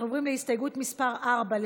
אנחנו עוברים להצבעה על הסתייגות מס' 3,